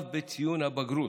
אף בציון הבגרות.